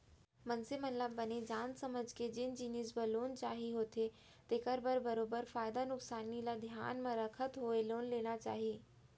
मनसे मन ल बने जान समझ के जेन जिनिस बर लोन चाही होथे तेखर बर बरोबर फायदा नुकसानी ल धियान म रखत होय लोन लेना चाही